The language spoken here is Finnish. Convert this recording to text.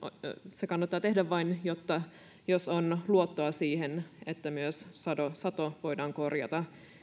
se kannattaa tehdä vain jos on luottoa siihen että myös sato voidaan korjata